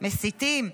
מסיתים.